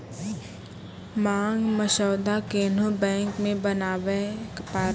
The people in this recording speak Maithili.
मांग मसौदा कोन्हो बैंक मे बनाबै पारै